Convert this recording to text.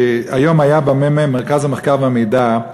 היום היה בממ"מ, מרכז המחקר והמידע,